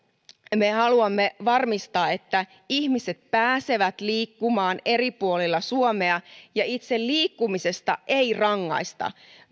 me haluamme varmistaa että ihmiset pääsevät liikkumaan eri puolilla suomea ja itse liikkumisesta ei rangaista